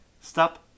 Stop